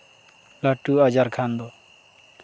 ᱞᱟᱹᱴᱩ ᱟᱡᱟᱨ ᱠᱷᱟᱱᱫᱚ